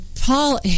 Paul